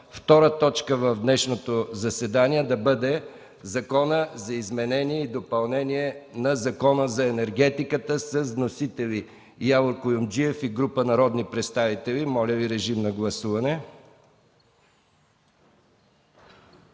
втора точка в днешното заседание да бъде Законът за изменение и допълнение на Закона за енергетиката с вносители Явор Куюмджиев и група народни представители. Моля, гласувайте.